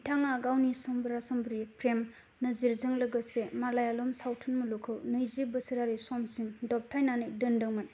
बिथाङा गावनि समरा समरि प्रेम नजीरजों लोगोसे मालायालम सावथुन मुलुगखौ नैजि बोसोरारि समसिम दबथायनानै दोनदोंमोन